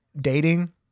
dating